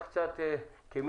הן